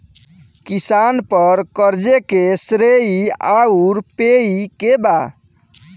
किसान पर क़र्ज़े के श्रेइ आउर पेई के बा?